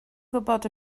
gwybod